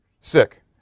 sick